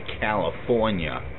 California